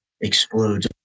explodes